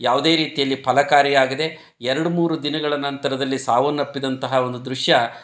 ಯಾವುದೇ ರೀತಿಯಲ್ಲಿ ಫಲಕಾರಿಯಾಗದೆ ಎರಡು ಮೂರು ದಿನಗಳ ನಂತರದಲ್ಲಿ ಸಾವನ್ನು ಅಪ್ಪಿದಂತಹ ಒಂದು ದೃಶ್ಯ